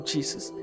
Jesus